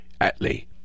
Atley